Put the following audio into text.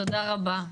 תודה רבה.